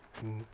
mm